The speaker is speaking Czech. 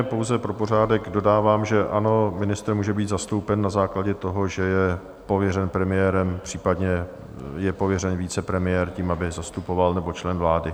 Pouze pro pořádek dodávám, že ano, ministr může být zastoupen na základě toho, že je pověřen premiérem, případně je pověřen vicepremiér tím, aby je zastupoval, nebo člen vlády.